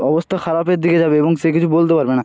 অবস্থা খারাপের দিকে যাবে এবং সে কিছু বলতে পারবে না